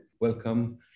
Welcome